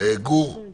גור גם